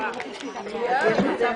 הישיבה